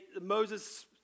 Moses